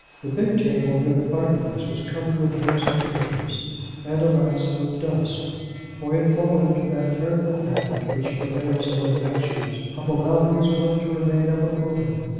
the big table near the fireplace was covered with books and papers and, alas, with dust for he had fallen into that terrible habit which prevails among bachelors, of allowing his work to remain ever open,